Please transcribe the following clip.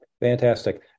Fantastic